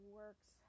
works